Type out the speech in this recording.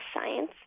science